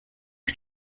que